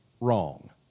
wrong